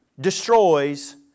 destroys